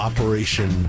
Operation